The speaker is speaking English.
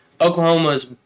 Oklahoma's